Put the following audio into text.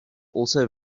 also